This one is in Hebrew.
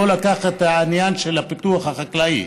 לא לקח את העניין של הפיתוח החקלאי.